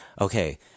Okay